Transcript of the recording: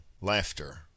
laughter